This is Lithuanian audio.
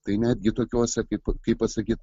tai netgi tokiose kaip kaip pasakyt